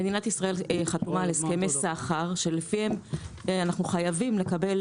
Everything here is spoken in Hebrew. מדינת ישראל חתומה על הסכמי סחר שלפיהם אנחנו חייבים לקבל